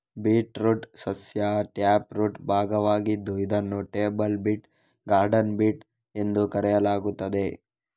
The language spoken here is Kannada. ಬೀಟ್ರೂಟ್ ಸಸ್ಯ ಟ್ಯಾಪ್ರೂಟ್ ಭಾಗವಾಗಿದ್ದು ಇದನ್ನು ಟೇಬಲ್ ಬೀಟ್, ಗಾರ್ಡನ್ ಬೀಟ್ ಎಂದು ಕರೆಯಲಾಗುತ್ತದೆ